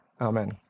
Amen